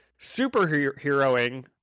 superheroing